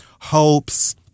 hopes